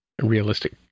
realistic